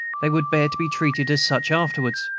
they would bear to be treated as such afterwards.